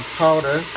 powder